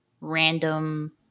random